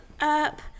up